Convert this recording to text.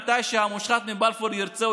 מתי שהמואשם מבלפור ירצה,